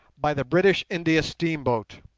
by the british india steamboat